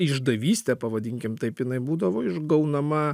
išdavystę pavadinkim taip jinai būdavo išgaunama